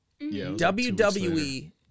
WWE